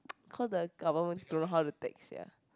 cause the government don't know how to tax sia